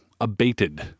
abated